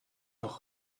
noch